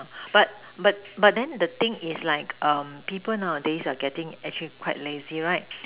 but but but then the thing is like um people are on this getting actually quite lazy right